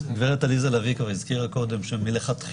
גברת עליזה לביא כבר הזכירה קודם שמלכתחילה